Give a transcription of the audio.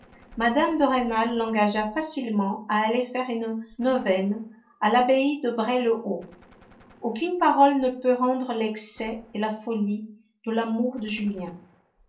mme de rênal l'engagea facilement à aller faire une neuvaine à l'abbaye de bray le haut aucune parole ne peut rendre l'excès et la folie de l'amour de julien